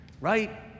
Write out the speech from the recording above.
right